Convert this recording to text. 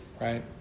right